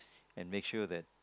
and make sure that